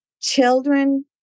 children